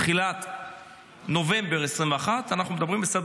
תחילת נובמבר 2021. אנחנו מדברים על סדר